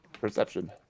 Perception